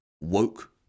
Woke